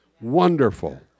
wonderful